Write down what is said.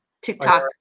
TikTok